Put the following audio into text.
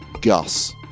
Gus